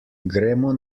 gremo